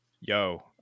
Yo